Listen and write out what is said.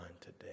today